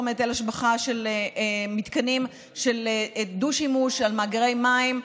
מהיטל השבחה על מתקנים של דו-שימוש על מאגרי מים,